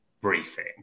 briefing